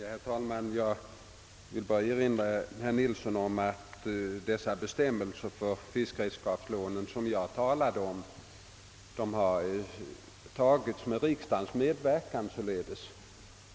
Herr talman! Jag vill bara erinra herr Nilsson i Bästekille om att de bestämmelser för fiskredskåpslånen, som jag talade om, har tillkommit under riksdagens medverkan.